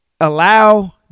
allow